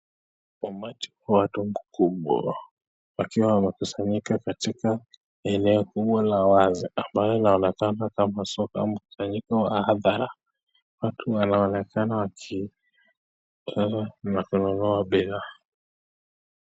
Umati wa watu mkubwa wakiwa wamekusanyika katika eneo kubwa la wazi ambayo inaonekana kama soko ama mkusanyiko wa hadhara. Watu wanaonekana wakiuza na kununua bidhaa.